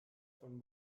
von